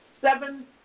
seven